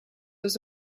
was